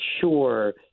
sure